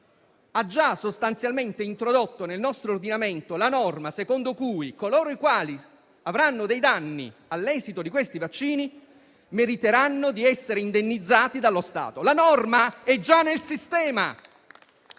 ha già sostanzialmente introdotto nel nostro ordinamento la norma secondo cui coloro i quali avranno dei danni all'esito di questi vaccini meriteranno di essere indennizzati dallo Stato. La norma è già nel sistema.